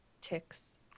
ticks